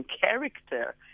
character